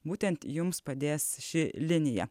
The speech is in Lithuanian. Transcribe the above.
būtent jums padės ši linija